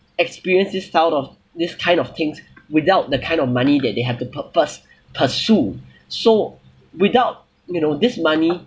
experience this style of this kind of things without the kind of money that they have the purpose pursue so without you know this money